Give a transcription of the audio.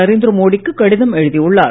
நரேந்திரமோடி க்கு கடிதம் எழுதியுள்ளார்